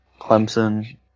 Clemson